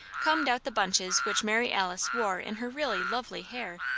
combed out the bunches which mary alice wore in her really lovely hair,